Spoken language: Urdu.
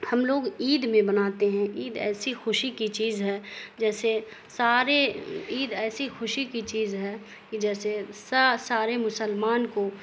ہم لوگ عید میں بناتے ہیں عید ایسی خوشی کی چیز ہے جیسے سارے عید ایسی خوشی کی چیز ہے کہ جیسے سا سارے مسلمان کو